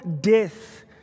death